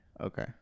Okay